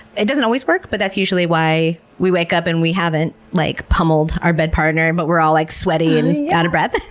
it doesn't always work, but that's usually why we wake up and we haven't like pummeled our bed partner, but we're all like sweaty and out of breath.